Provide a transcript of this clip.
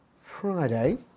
Friday